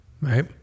Right